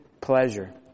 pleasure